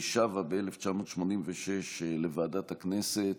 היא שבה ב-1986 לוועדת הכנסת